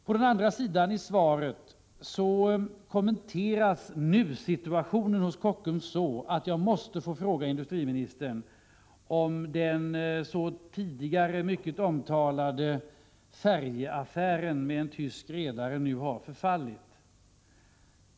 På den andra sidan i svaret kommenteras nusituationen hos Kockums så, att jag måste få fråga industriministern om den tidigare mycket omtalade färjeaffären med en tysk redare har förfallit.